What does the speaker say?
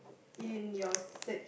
in your search